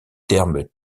termes